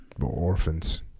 orphans